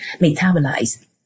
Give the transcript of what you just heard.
metabolize